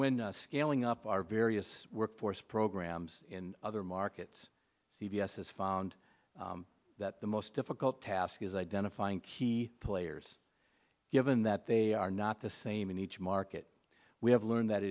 when scaling up our various workforce programs in other markets c b s has found that the most difficult task is identifying key players given that they are not the same in each market we have learned that